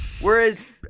Whereas